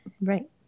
Right